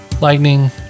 lightning